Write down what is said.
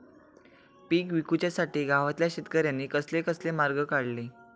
पीक विकुच्यासाठी गावातल्या शेतकऱ्यांनी कसले कसले मार्ग काढले?